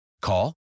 Call